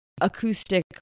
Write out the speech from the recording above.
acoustic